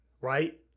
Right